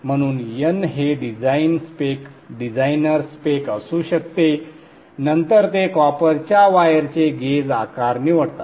म्हणून n हे design spec designer spec असू शकते नंतर ते कॉपरच्या वायरचे गेज आकार निवडतात